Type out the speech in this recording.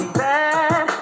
bad